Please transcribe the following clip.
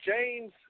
James